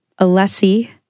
Alessi